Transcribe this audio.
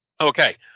Okay